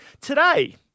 today